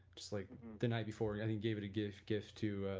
just like the night before and he gave it a gift gift to